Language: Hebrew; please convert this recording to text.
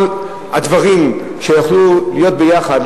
כל הדברים שיכלו להיות ביחד,